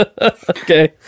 Okay